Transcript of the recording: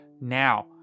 now